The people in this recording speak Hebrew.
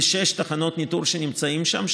בשש תחנות ניטור שנמצאות שם.